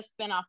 spinoff